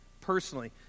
personally